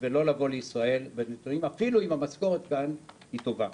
ולא לבוא לישראל, אפילו אם המשכורת כאן היא טובה.